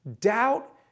Doubt